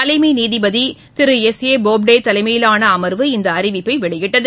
தலைமை நீதிபதி திரு எஸ் ஏ போப்டே தலைமையிலான அமா்வு இந்த அறிவிப்பை வெளியிட்டது